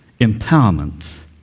Empowerment